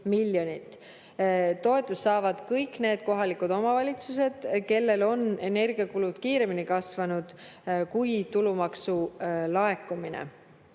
Toetust saavad kõik need kohalikud omavalitsused, kellel on energiakulud kiiremini kasvanud kui tulumaksu laekumine.